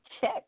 Check